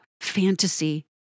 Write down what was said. fantasy